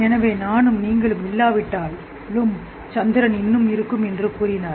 எனவே நானும் நீங்களும் இல்லாவிட்டாலும் சந்திரன் இன்னும் இருக்கும் என்று கூறினார்